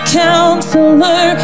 counselor